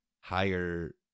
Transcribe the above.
higher